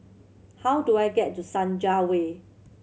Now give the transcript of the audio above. how do I get to Senja Way